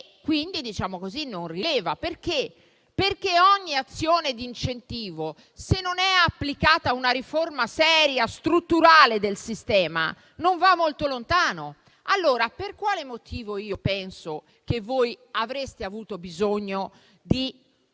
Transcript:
quindi non rileva, perché ogni azione di incentivo, se non è applicata una riforma seria e strutturale del sistema, non va molto lontano. Allora per quale motivo penso che avreste avuto bisogno di